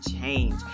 change